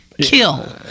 kill